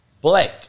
Blake